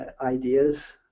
ideas